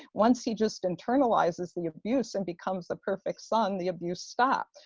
once he just internalizes the abuse and becomes the perfect son, the abuse stopped,